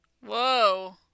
Whoa